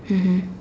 mmhmm